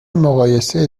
مقایسه